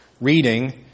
reading